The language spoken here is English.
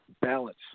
balance